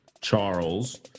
Charles